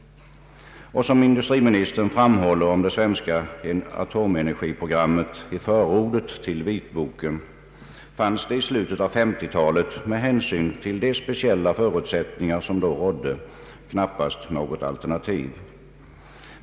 Och som industriministern framhåller om det svenska atomenergiprogrammet i förordet till vitboken, fanns det i slutet av 1950-talet med hänsyn till de speciella förutsättningar som då rådde knappast något alternativ.